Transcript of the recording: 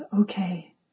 okay